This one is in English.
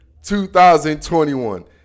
2021